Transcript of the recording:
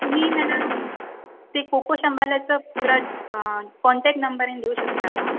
तुम्ही मला ते कोको शंभालाचा प्र कॉन्टॅक नंबर आणि देऊ शकता का